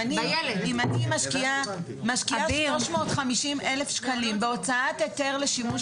אם אני משקיעה 350,000 שקלים בהוצאת היתר לשימוש